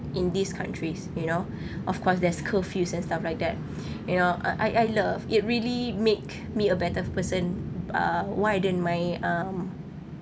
in these countries you know of course there's curfews and stuff like that you know I I I love it really make me a better person uh widen my um